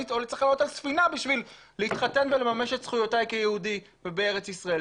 צריך לעלות על ספינה בשביל להתחתן ולממש את זכויותיי כיהודי בארץ ישראל.